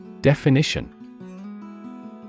Definition